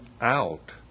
out